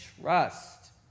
trust